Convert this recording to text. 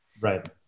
Right